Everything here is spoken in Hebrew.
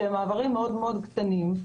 שהם מעברים מאוד-מאוד קטנים,